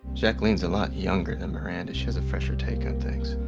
jacqueline's a lot younger than miranda. she has a fresher take on things.